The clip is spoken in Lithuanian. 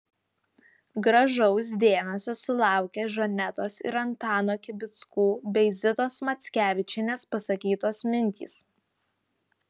gražaus dėmesio sulaukė žanetos ir antano kibickų bei zitos mackevičienės pasakytos mintys